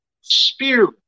spirit